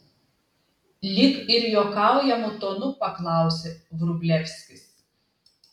lyg ir juokaujamu tonu paklausė vrublevskis